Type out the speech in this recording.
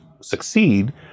succeed